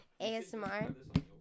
ASMR